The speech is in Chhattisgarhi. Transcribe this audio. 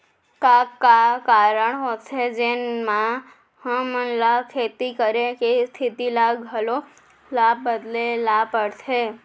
का का कारण होथे जेमन मा हमन ला खेती करे के स्तिथि ला घलो ला बदले ला पड़थे?